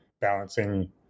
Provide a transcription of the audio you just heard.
balancing